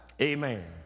Amen